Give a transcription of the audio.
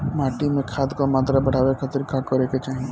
माटी में खाद क मात्रा बढ़ावे खातिर का करे के चाहीं?